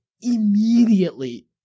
immediately